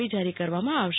પી જારી કરવામાં આવશે